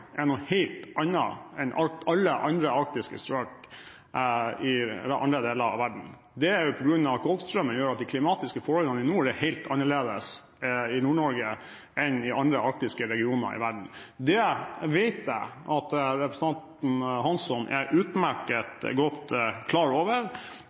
er noe helt annet enn alle andre arktiske strøk i verden. Golfstrømmen gjør at de klimatiske forholdene i Nord-Norge er helt annerledes enn i andre arktiske regioner i verden. Det vet jeg at representanten Hansson er utmerket godt klar over.